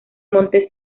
monte